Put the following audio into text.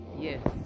Yes